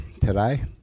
today